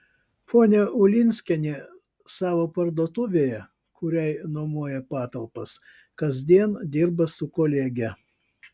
ponia ulinskienė savo parduotuvėje kuriai nuomoja patalpas kasdien dirba su kolege